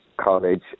college